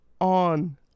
on